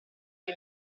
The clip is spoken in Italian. che